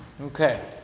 Okay